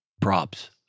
props